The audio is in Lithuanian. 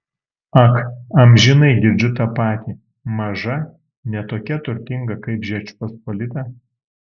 ak amžinai girdžiu tą patį maža ne tokia turtinga kaip žečpospolita